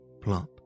plop